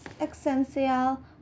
Essential